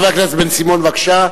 חבר הכנסת בן-סימון, בבקשה.